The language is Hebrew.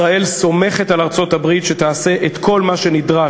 ישראל סומכת על ארצות-הברית שתעשה את כל מה שנדרש